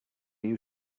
you